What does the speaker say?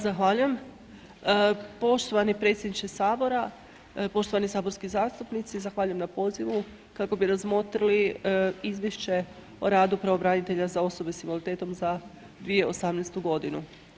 Zahvaljujem, poštovani predsjedničke sabora, poštovani saborski zastupnici, zahvaljujem na pozivu kako bi razmotrili izvješće o radu pravobranitelja za osobe s invaliditetom za 2018. godinu.